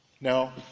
Now